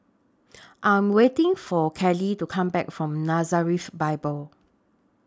I Am waiting For Kaley to Come Back from Nazareth Bible